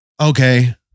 okay